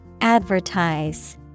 Advertise